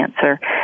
cancer